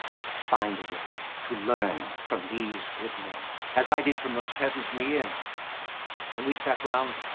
i must find a way to learn from these good men as i did from those peasants in the inn when we sat round